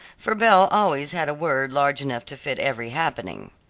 for belle always had a word large enough to fit every happening.